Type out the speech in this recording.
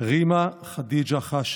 רימא חדיג'ה חשב,